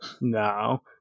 no